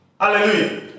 hallelujah